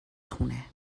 خونه